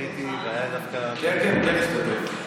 הייתי, והיה דווקא, הוא כן השתתף.